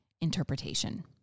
interpretation